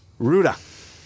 Ruda